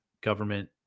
government